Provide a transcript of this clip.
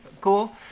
cool